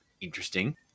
Interesting